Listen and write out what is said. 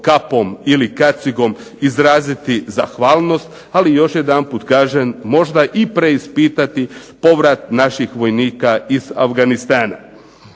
kapom ili kacigom izraziti zahvalnost, ali još jedanput kažem možda i preispitati povrat naših vojnika iz Afganistana.